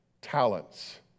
talents